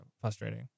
frustrating